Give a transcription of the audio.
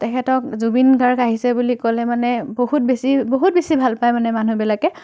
তেখেতক জুবিন গাৰ্গ আহিছে বুলি ক'লে মানে বহুত বেছি বহুত বেছি ভাল পাই মানে মানুহবিলাকে